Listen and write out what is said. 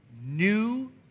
new